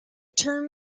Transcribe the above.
term